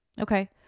Okay